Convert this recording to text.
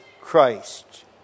Christ